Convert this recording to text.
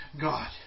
God